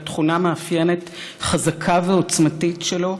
אלא תכונה מאפיינת חזקה ועוצמתית שלו.